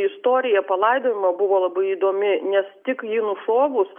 istorija palaidojimo buvo labai įdomi nes tik jį nušovus